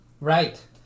Right